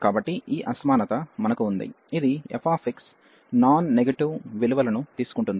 కాబట్టి ఈ అసమానత మనకు ఉంది ఇది fx నాన్ నెగటివ్ విలువలను తీసుకుంటుంది